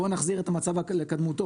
בואו נחזיר את המצב לקדמותו,